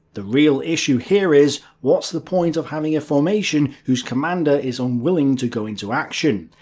the real issue here is what's the point of having a formation who's commander is unwilling to go into action?